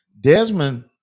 Desmond